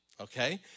Okay